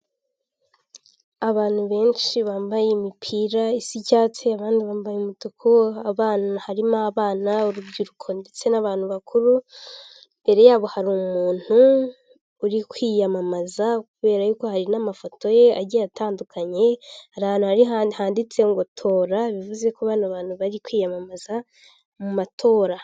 Abantu benshi bambaye imipira isa icyatsi abandi bambaye umutuku abana, harimo abana urubyiruko ndetse n'abantu bakuru, imbere yabo hari umuntu uri kwiyamamaza, kubera yuko hari n'amafoto ye agiye atandukanye, hari ahantu hari handitse ngo tora bivuze ko bano bantu bari kwiyamamaza mu matora.